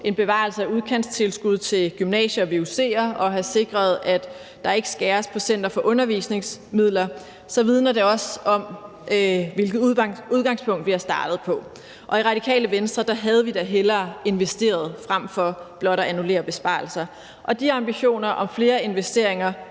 en bevarelse af udkantstilskud til gymnasier og vuc'er og have sikret, at der ikke skæres på Center For Undervisningsmidler, vidner det også om, hvilket udgangspunkt vi er startet på. I Radikale Venstre havde vi da hellere investeret frem for blot at annullere besparelser. Og de ambitioner om flere investeringer